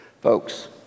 folks